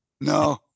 no